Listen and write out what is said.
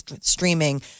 streaming